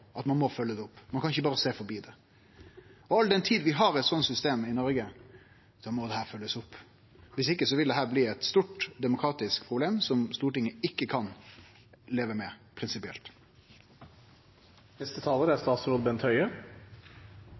ein må følgje det opp, ein kan ikkje berre sjå forbi det. All den tid vi har eit slikt system i Noreg, må dette følgjast opp. Viss ikkje vil dette bli eit stort demokratisk problem som Stortinget prinsipielt sett ikkje kan leve med.